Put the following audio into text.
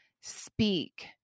speak